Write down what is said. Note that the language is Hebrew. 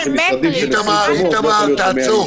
איתמר, איתמר, תעצור.